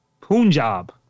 Punjab